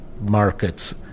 markets